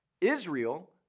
Israel